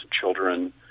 children